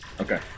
Okay